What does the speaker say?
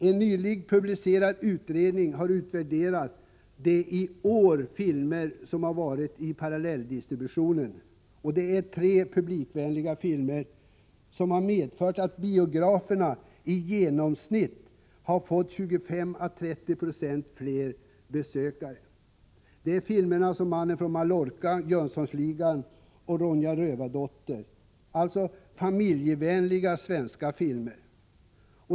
En nyligen publicerad utredning har gjort en utvärdering av de filmer som i år varit föremål för parallelldistribution. Det har gällt tre publikvänliga filmer, som har medfört att biograferna i genomsnitt har fått 25 å 30 96 fler besökare. Filmerna har varit Mannen från Mallorca, Jönssonligan och Ronja Rövardotter, alltså familjevänliga svenska filmer.